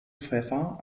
pfeffer